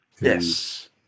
Yes